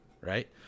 Right